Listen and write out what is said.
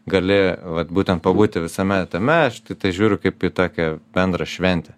gali vat būtent pabūti visame tame aš tiktai žiūriu kaip į tokią bendrą šventę